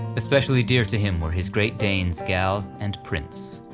especially dear to him were his great danes gal and prince.